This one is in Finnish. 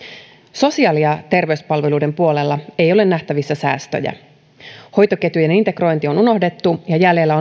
sosiaali ja terveyspalveluiden puolella ei ole nähtävissä säästöjä hoitoketjujen integrointi on unohdettu ja jäljellä